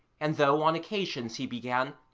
and though on occasions he began,